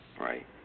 Right